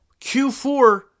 Q4